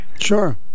Sure